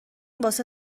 واسه